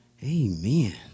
Amen